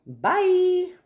Bye